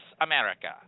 America